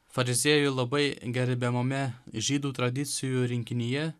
fariziejų labai gerbiamame žydų tradicijų rinkinyje